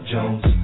Jones